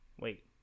wait